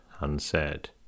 unsaid